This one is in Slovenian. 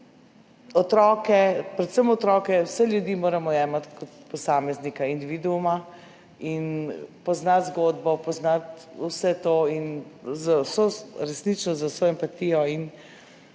otroke, predvsem otroke, vse ljudi moramo jemati kot posameznika, individuuma in poznati zgodbo, poznati vse to in resnično z vso empatijo